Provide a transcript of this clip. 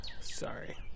Sorry